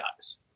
eyes